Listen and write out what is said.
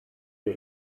der